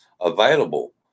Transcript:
available